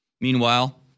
Meanwhile